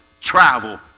travel